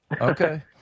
Okay